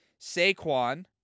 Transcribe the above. Saquon